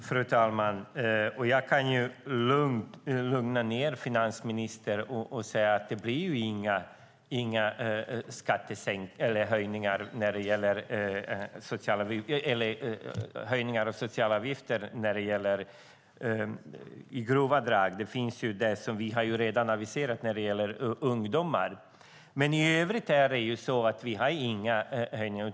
Fru talman! Jag kan lugna finansministern och säga att det inte blir några höjningar av socialavgifter i grova drag. Det finns det som vi redan har aviserat när det gäller ungdomar. Men i övrigt har vi inga höjningar.